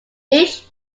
each